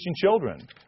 children